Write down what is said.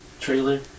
trailer